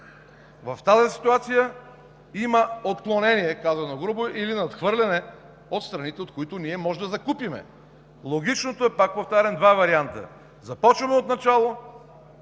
В тази ситуация има отклонение, казано грубо, или надхвърляне от страните, от които ние може да закупим. Логичното е, пак повтарям, два варианта: започваме от начало